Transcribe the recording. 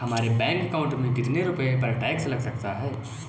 हमारे bank account में कितने रुपये पर टैक्स लग सकता है?